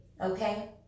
okay